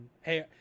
Hey